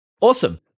awesome